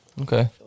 Okay